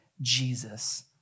Jesus